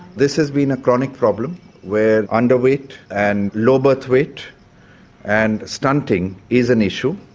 this has been a chronic problem where underweight and low birth weight and stunting is an issue.